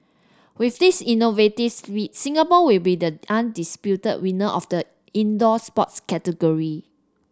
with this innovative split Singapore will be the undisputed winner of the indoor sports category